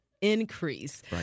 increase